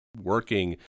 working